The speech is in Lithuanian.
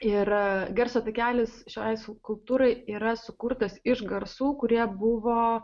ir garso takelis šiai skulptūrai yra sukurtas iš garsų kurie buvo